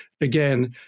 again